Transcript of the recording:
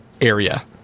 area